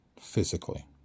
physically